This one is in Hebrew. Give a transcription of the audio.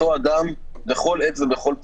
אותו אדם בכל עת ובכל תנאי,